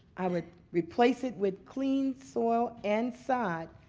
i would replace it with clean soil and sod.